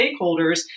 stakeholders